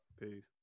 Peace